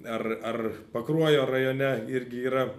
ar ar pakruojo rajone irgi yra